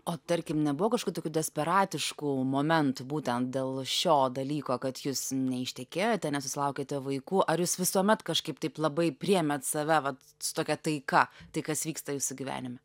o tarkim nebuvo kažkokių tokių desperatiškų momentų būtent dėl šio dalyko kad jūs neištekėjote nesusilaukėte vaikų ar jūs visuomet kažkaip taip labai priėmėt save vat su tokia taika tai kas vyksta jūsų gyvenime